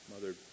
mother